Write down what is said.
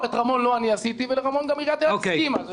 שאת רמון לא אני עשיתי ולרמון גם עיריית אילת הסכימה.